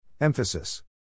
Emphasis